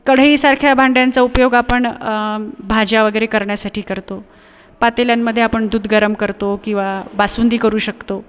कढईसारख्या भांड्यांचा उपयोग आपण भाज्या वगैरे करण्यासाठी करतो पातेल्यांमधे आपण दूध गरम करतो किंवा बासुंदी करू शकतो